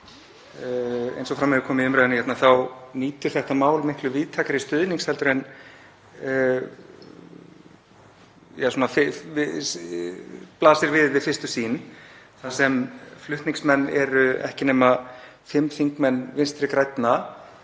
Eins og fram hefur komið í umræðunni hérna þá nýtur þetta mál miklu víðtækari stuðnings en blasir við við fyrstu sýn þar sem flutningsmenn eru ekki nema fimm þingmenn Vinstri grænna.